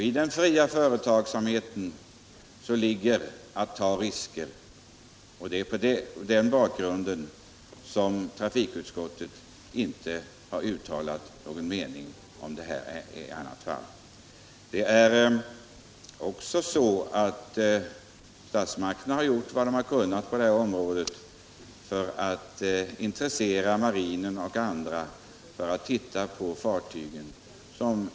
I den fria företagsamheten ligger att ta risker. Mot den bakgrunden har trafikutskottet inte uttalat någon mening om detta. Statsmakterna har gjort vad de kunnat på detta område för att intressera marinen och andra för dessa fartyg.